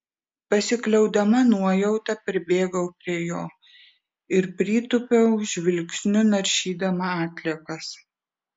pasikliaudama nuojauta pribėgau prie jo ir pritūpiau žvilgsniu naršydama atliekas